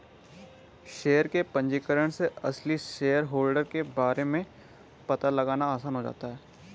share के पंजीकरण से असली शेयरहोल्डर के बारे में पता लगाना आसान हो जाता है